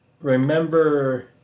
Remember